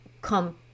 come